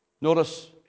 Notice